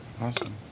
awesome